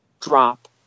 drop